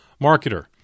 marketer